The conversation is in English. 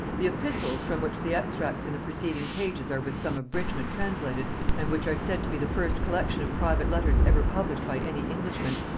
the epistles from which the extracts in the preceding pages are with some abridgement translated, and which are said to be the first collection of private letters ever published by any englishman,